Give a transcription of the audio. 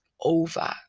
over